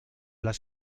las